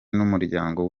n’umuryango